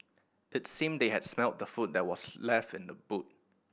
it seemed that they had smelt the food that was left in the boot